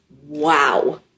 wow